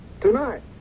Tonight